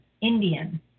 Indian